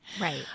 right